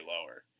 lower